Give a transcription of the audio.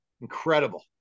Incredible